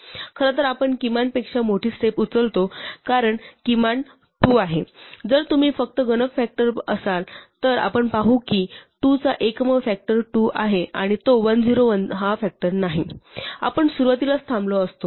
खरं तर आपण किमान पेक्षा मोठी स्टेप्स उचलतो कारण किमान 2 आहे जर तुम्ही फक्त गणक फ़ॅक्टर असाल तर आपण पाहू की 2 चा एकमेव फ़ॅक्टर 2 आहे आणि तो 101 हा फ़ॅक्टर नाही आपण सुरुवातीलाच थांबलो असतो